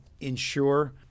ensure